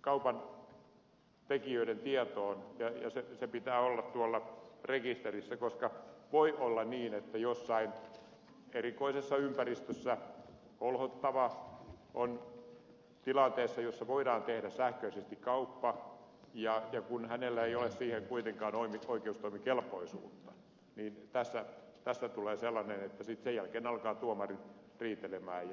kaupantekijöiden tietoon ja sen pitää olla tuolla rekisterissä koska voi olla niin että jossain erikoisessa ympäristössä holhottava on tilanteessa jossa voidaan tehdä sähköisesti kauppa ja kun hänellä ei ole siihen kuitenkaan oikeustoimikelpoisuutta niin tässä tulee sellainen että sen jälkeen alkavat tuomarit riidellä